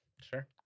sure